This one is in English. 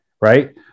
Right